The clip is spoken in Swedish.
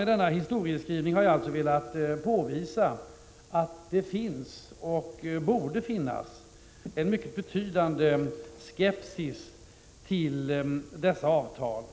Med denna historieskrivning har jag velat påvisa att det finns eller borde finnas en mycket betydande skepsis till dessa avtal.